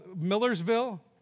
Millersville